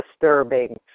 disturbing